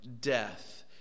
death